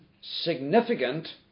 significant